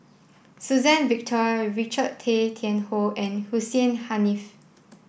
Suzann Victor Richard Tay Tian Hoe and Hussein Haniff